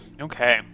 Okay